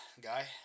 guy